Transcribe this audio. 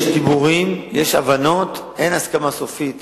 יש דיבורים, יש הבנות, אין הסכמה סופית